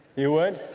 you would?